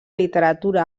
literatura